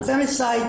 על femicide,